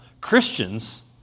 Christians